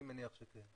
אני מניח שכן,